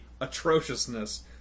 atrociousness